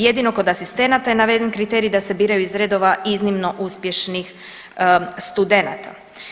Jedino kod asistenata je naveden kriterij da se biraju iz redova iznimno uspješnih studenata.